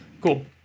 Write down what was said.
cool